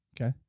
Okay